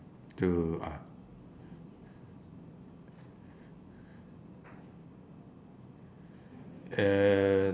to ah